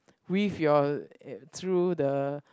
weave your eh through the